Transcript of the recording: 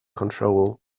control